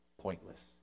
pointless